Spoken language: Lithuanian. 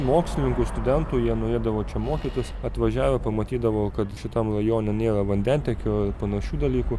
mokslininkų studentų jie norėdavo čia mokytis atvažiavę pamatydavo kad šitam rajone nėra vandentiekio ir panašių dalykų